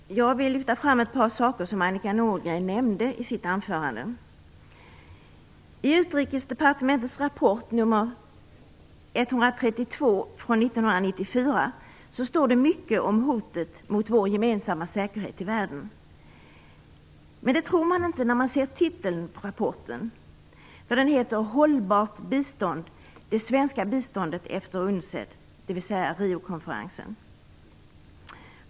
Herr talman! Jag vill lyfta fram ett par saker som Annika Nordgren nämnde i sitt anförande. I Utrikesdepartementets rapport nr 132 från 1994 står det mycket om hotet mot vår gemensamma säkerhet i världen. Men det tror man inte när man ser titeln på rapporten "Hållbart bistånd - det svenska biståndet efter UNCED", dvs. efter Riokonferensen.